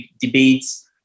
debates